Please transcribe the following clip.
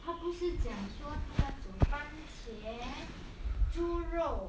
他不是讲说他要煮番茄猪肉